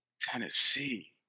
Tennessee